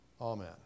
Amen